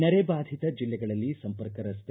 ನೆರೆ ಬಾಧಿತ ಜಿಲ್ಲೆಗಳಲ್ಲಿ ಸಂಪರ್ಕ ರಸ್ತೆ